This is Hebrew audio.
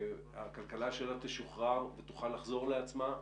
שהכלכלה שלה תשוחרר ותוכל לחזור לעצמה,